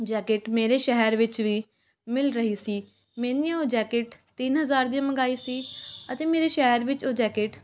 jacket ਮੇਰੇ ਸ਼ਹਿਰ ਵਿੱਚ ਵੀ ਮਿਲ ਰਹੀ ਸੀ ਮੈਨੇ ਉਹ ਜੈਕਟ ਤਿੰਨ ਹਜ਼ਾਰ ਦੀ ਮੰਗਵਾਈ ਸੀ ਅਤੇ ਮੇਰੇ ਸ਼ਹਿਰ ਵਿੱਚ ਉਹ ਜੈਕੇਟ